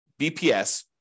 BPS